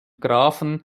grafen